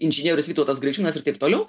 inžinierius vytautas graičiūnas ir taip toliau